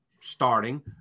starting